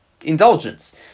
indulgence